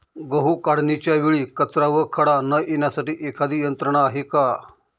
गहू काढणीच्या वेळी कचरा व खडा न येण्यासाठी एखादी यंत्रणा आहे का?